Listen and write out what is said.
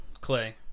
Clay